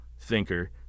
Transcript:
thinker